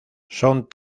son